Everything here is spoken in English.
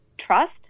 trust